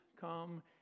come